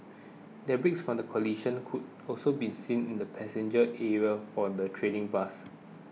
debris from the collision could also be seen in the passenger area for the trading bus